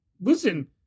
Listen